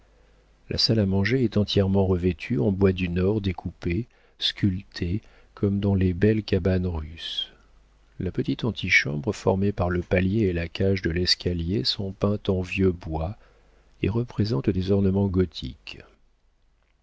la salle à manger est entièrement revêtue de bois du nord découpé sculpté comme dans les belles cabanes russes la petite antichambre formée par le palier et la cage de l'escalier sont peintes en vieux bois et représentent des ornements gothiques